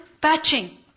patching